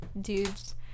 dudes